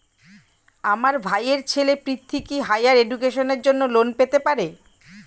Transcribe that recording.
আমার ভাইয়ের ছেলে পৃথ্বী, কি হাইয়ার এডুকেশনের জন্য লোন পেতে পারে?